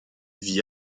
vit